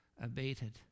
abated